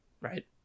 right